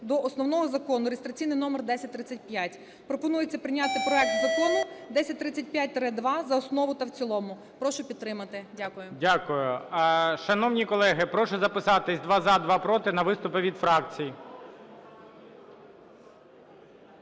до основного Закону (реєстраційний номер 1035). Пропонується прийняти проект Закону 1035-2 за основу та в цілому. Прошу підтримати. Дякую. ГОЛОВУЮЧИЙ. Дякую. Шановні колеги, прошу записатися: два – за, два – проти на виступи від фракцій.